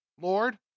Lord